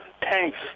tanks